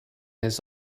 his